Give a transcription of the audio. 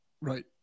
Right